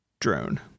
drone